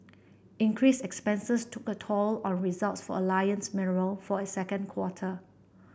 increased expenses took a toll on results for Alliance Mineral for it second quarter